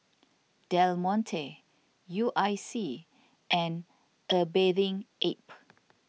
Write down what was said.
Del Monte U I C and A Bathing Ape